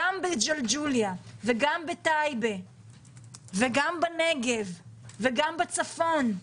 גם בג'לג'וליה וגם בטייבה וגם בנגב וגם בצפון,